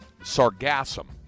Sargassum